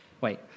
Wait